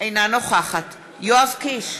אינה נוכחת יואב קיש,